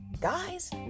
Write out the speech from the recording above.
Guys